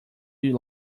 you